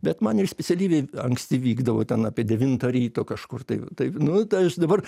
bet man ir specialybei anksti vykdavo ten apie devintą ryto kažkur tai taip nu tai aš dabar